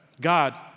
God